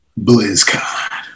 BlizzCon